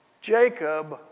Jacob